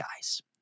guys